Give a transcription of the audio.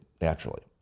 naturally